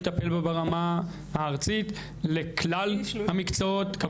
לטפל בה ברמה הארצית לכלל המקצועות.